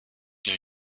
new